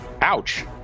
Ouch